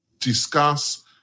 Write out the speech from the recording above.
discuss